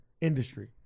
Industry